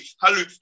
Hallelujah